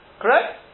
Correct